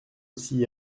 aussi